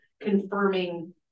confirming